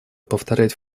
повторять